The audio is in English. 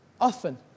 often